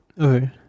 Okay